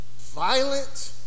violent